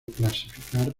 clasificar